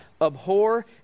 abhor